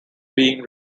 being